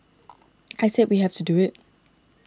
I said we have to do it